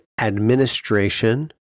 administration